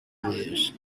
lose